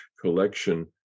collection